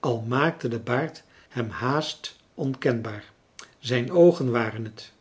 al maakte de baard hem haast onkenbaar zijn oogen waren het